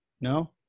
No